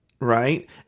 right